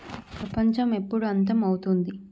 ప్రపంచం ఎప్పుడు అంతం అవుతుంది